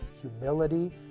humility